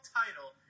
title